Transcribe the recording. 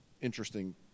interesting